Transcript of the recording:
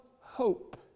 hope